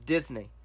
Disney